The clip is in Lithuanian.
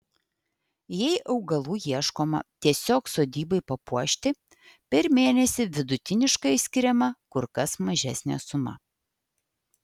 jei augalų ieškoma tiesiog sodybai papuošti per mėnesį vidutiniškai skiriama kur kas mažesnė suma